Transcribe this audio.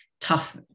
tough